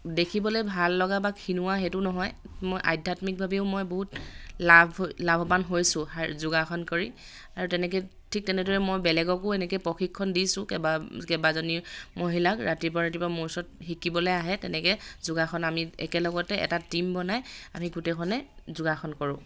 দেখিবলৈ ভাল লগা বা খীনোৱা সেইটো নহয় মই আধ্যাত্মিকভাৱেও মই বহুত লাভ লাভৱান হৈছোঁ শাৰি যোগাসন কৰি আৰু তেনেকৈ ঠিক তেনেদৰে মই বেলেগকো এনেকৈ প্ৰশিক্ষণ দিছোঁ কেইবা কেইবাজনী মহিলাক ৰাতিপুৱা ৰাতিপুৱা মোৰ ওচৰত শিকিবলৈ আহে তেনেকৈ যোগাসন আমি একেলগতে এটা টীম বনাই আমি গোটেইখনে যোগাসন কৰোঁ